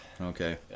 Okay